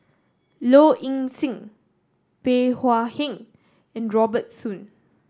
Low Ing Sing Bey Hua Heng and Robert Soon